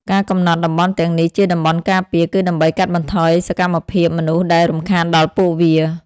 ការកំណត់តំបន់ទាំងនេះជាតំបន់ការពារ គឺដើម្បីកាត់បន្ថយសកម្មភាពមនុស្សដែលរំខានដល់ពួកវា។